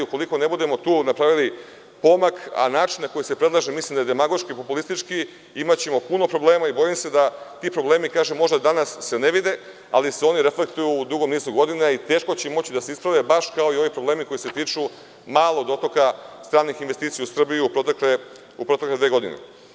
Ukoliko ne budemo tu napravili pomak, a način na koji se predlaže mislim da je demagoški i populistički, imaćemo puno problema i bojim se da se ti problemi možda danas ne vide, ali se oni reflektuju u dugom nizu godina i teško će moći da se isprave, baš kao i ovi problemi koji se tiču malog dotoka stranih investicija u Srbiju u protekle dve godine.